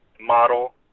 model